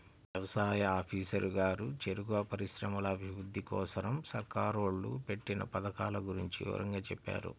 యవసాయ ఆఫీసరు గారు చెరుకు పరిశ్రమల అభిరుద్ధి కోసరం సర్కారోళ్ళు పెట్టిన పథకాల గురించి వివరంగా చెప్పారు